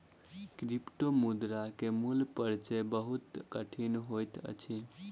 क्रिप्टोमुद्रा के मूल परिचय बहुत कठिन होइत अछि